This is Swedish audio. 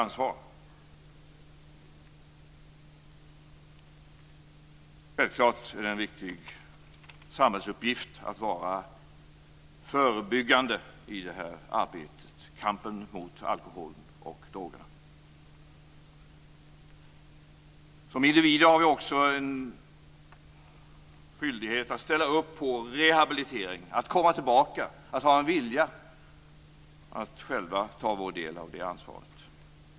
Det är självfallet en viktig samhällsuppgift att arbeta förebyggande i kampen mot alkoholen och drogerna. Som individer har vi också en skyldighet att ställa upp på rehabilitering, att komma tillbaka och att själva vilja ta vår del av det ansvaret.